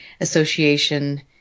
association